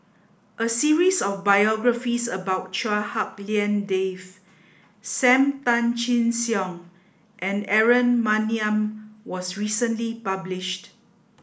a series of biographies about Chua Hak Lien Dave Sam Tan Chin Siong and Aaron Maniam was recently published